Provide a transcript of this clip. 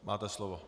Máte slovo.